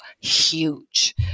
huge